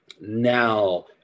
now